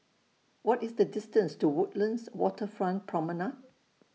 What IS The distance to Woodlands Waterfront Promenade